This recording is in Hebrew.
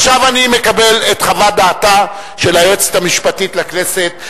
עכשיו אני מקבל את חוות דעתה של היועצת המשפטית לכנסת,